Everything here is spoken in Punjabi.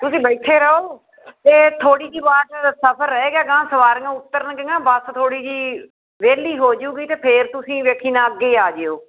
ਤੁਸੀਂ ਬੈਠੇ ਰਹੋ ਅਤੇ ਥੋੜ੍ਹੀ ਜਿਹੀ ਵਾਟ ਸਫਰ ਰਹਿ ਗਿਆ ਅਗਾਂਹ ਸਵਾਰੀਆਂ ਉਤਰਨਗੀਆਂ ਬੱਸ ਥੋੜ੍ਹੀ ਜਿਹੀ ਵਿਹਲੀ ਹੋ ਜਾਊਗੀ ਅਤੇ ਫਿਰ ਤੁਸੀਂ ਵੇਖੀ ਨਾ ਅੱਗੇ ਹੀ ਆ ਜਾਇਓ